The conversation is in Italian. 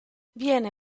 viene